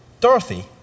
Dorothy